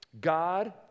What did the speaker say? God